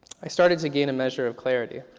i started to gain a measure of clarity.